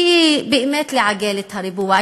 שהיא באמת לעגל את הריבוע,